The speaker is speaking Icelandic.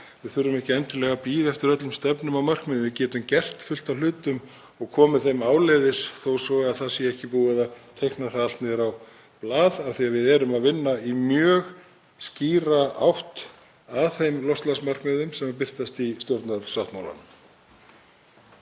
við þurfum ekki endilega að bíða eftir öllum stefnum og markmiðum. Við getum gert fullt af hlutum og komið þeim áleiðis þó svo að það sé ekki búið að teikna það allt niður á blað af því að við erum að vinna í mjög skýra átt að þeim loftslagsmarkmiðum sem birtast í stjórnarsáttmálanum.